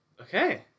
okay